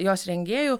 jos rengėjų